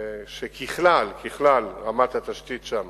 שככלל, ככלל, רמת התשתית שם